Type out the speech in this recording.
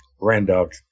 Randolph